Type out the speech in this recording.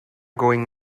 going